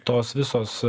tos visos